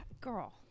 Girl